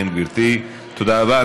תודה רבה.